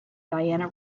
diana